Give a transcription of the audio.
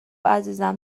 عزیزم